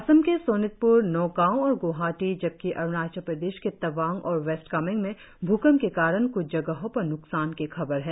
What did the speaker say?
असम के सोनितप्र नौगांव और ग्वाहाटी जबकि अरुणाचल प्रदेश के तवांग और वेस्ट कामेंग में भ्रकंप के कारण कुछ जगहों पर न्कसान की खबर है